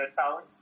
town